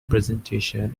presentation